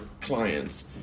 clients